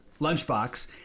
lunchbox